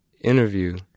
interview